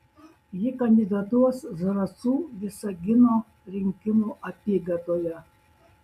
ji kandidatuos zarasų visagino rinkimų apygardoje